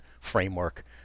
framework